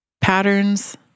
patterns